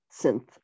synth